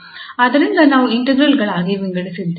ಆದ್ದರಿಂದ ನಾವು ಇಂಟಿಗ್ರಾಲ್ ಗಳಾಗಿ ವಿಂಗಡಿಸಿದ್ದೇವೆ